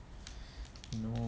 you know